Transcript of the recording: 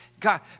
God